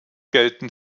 gelten